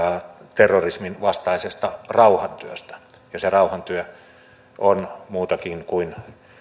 terrorismin vastaisesta rauhantyöstä ja se rauhantyö on muutakin kuin